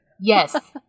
Yes